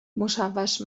مشوش